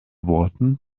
worten